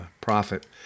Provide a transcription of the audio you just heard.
prophet